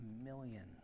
million